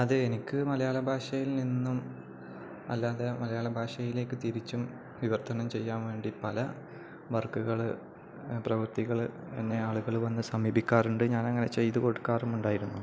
അത് എനിക്കു മലയാളഭാഷയിൽ നിന്നും അല്ലാതെ മലയാളഭാഷയിലേക്കു തിരിച്ചും വിവർത്തനം ചെയ്യാൻ വേണ്ടി പല വർക്കുകള് പ്രവൃത്തികള് എന്നെ ആളുകള് വന്നു സമീപിക്കാറുണ്ട് ഞാനങ്ങനെ ചെയ്തു കൊടുക്കാറുമുണ്ടായിരുന്നു